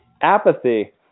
Apathy